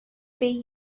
way